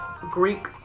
greek